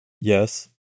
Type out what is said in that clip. Yes